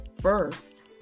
First